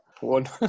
one